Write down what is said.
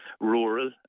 rural